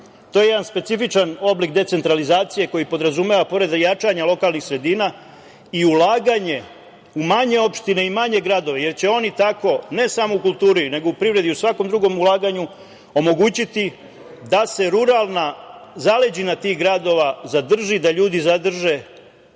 To je jedan specifičan oblik decentralizacije koji podrazumeva, pored jačanja lokalnih sredina, i ulaganje u manje opštine i manje gradova, jer će oni tako, ne samo u kulturi, nego i u privredi i u svakom drugom ulaganju, omogućiti da se ruralna zaleđina tih gradova zadrži, da ljudi zadrže